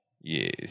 Yes